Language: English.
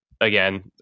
again